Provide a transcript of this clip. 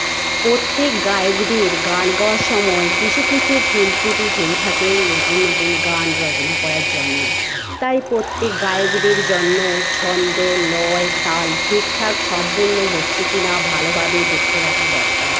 প্রত্যেক গায়কদের গান গাওয়ার সময় কিছু কিছু ভুল ত্রুটি হয়ে থাকে নতুন নতুন গান রচনা করার জন্য তাই প্রত্যেক গায়কদের জন্য ছন্দ লয় তাল ঠিক ঠাক সম্পন্ন হচ্ছে কিনা ভালভাবে লক্ষ্য রাখা দরকার